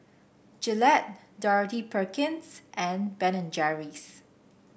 Gillette Dorothy Perkins and Ben and Jerry's